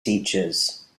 teachers